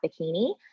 bikini